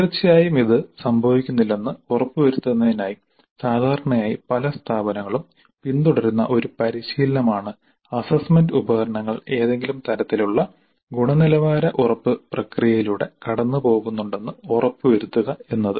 തീർച്ചയായും ഇത് സംഭവിക്കുന്നില്ലെന്ന് ഉറപ്പുവരുത്തുന്നതിനായി സാധാരണയായി പല സ്ഥാപനങ്ങളും പിന്തുടരുന്ന ഒരു പരിശീലനമാണ് അസ്സസ്സ്മെന്റ് ഉപകരണങ്ങൾ ഏതെങ്കിലും തരത്തിലുള്ള ഗുണനിലവാര ഉറപ്പ് പ്രക്രിയയിലൂടെ കടന്നു പോകുന്നുണ്ടെന്ന് ഉറപ്പു വരുത്തുക എന്നത്